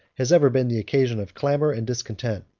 has ever been the occasion of clamor and discontent.